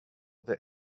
that